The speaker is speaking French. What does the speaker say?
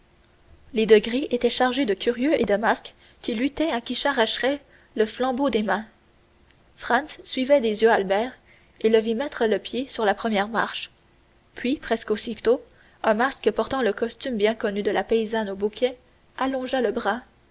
les degrés étaient chargés de curieux et de masques qui luttaient à qui s'arracherait le flambeau des mains franz suivait des yeux albert et le vit mettre le pied sur la première marche puis presque aussitôt un masque portant le costume bien connu de la paysanne au bouquet allongea le bras